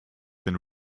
been